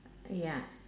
ya